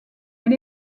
elle